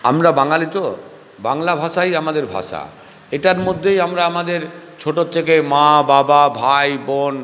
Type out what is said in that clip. আমরা বাঙালি তো বাংলা ভাষাই আমাদের ভাষা এটার মধ্যেই আমরা আমাদের ছোটোর থেকে মা বাবা ভাই বোন